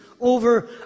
over